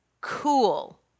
cool